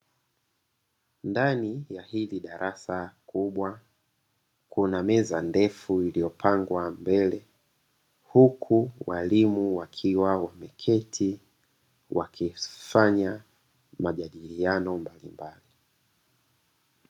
Ndani ya hili darasa kubwa kuna meza ndefu iliyopangwa mbele, huku walimu wakiwa wameketi wakifanya majadiliano mbalimbali.